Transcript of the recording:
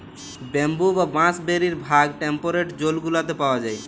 bamboo বা বাঁশ বেশির ভাগ টেম্পরেট জোল গুলাতে পাউয়া যায়